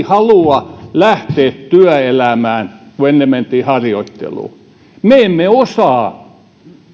halua lähteä työelämään ennen mentiin harjoitteluun kun me emme osaa näin